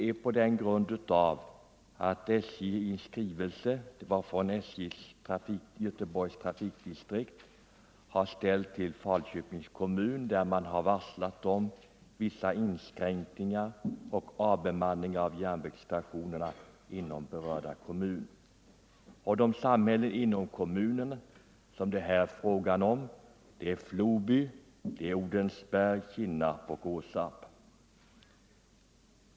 I en skrivelse från Göteborgs trafikdistrikt ställd till Falköpings kommun har SJ varslat om vissa inskränkningar och avbemanningar av järnvägsstationer inom Falköpings kommun. De samhällen inom kommunen som det här är fråga om är Floby, Odensberg, Kinnarp och Åsarp.